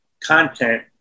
content